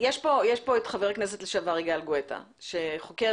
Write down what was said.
נמצא כאן חבר הכנסת לשעבר יגאל גואטה שחוקר